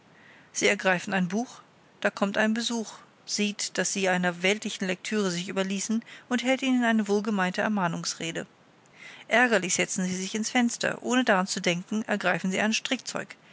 sie ergreifen ein buch da kommt ein besuch sieht daß sie einer weltlichen lektüre sich überließen und hält ihnen eine wohlgemeinte ermahnungsrede ärgerlich setzen sie sich in's fenster ohne daran zu denken ergreifen sie ein